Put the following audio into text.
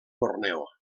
borneo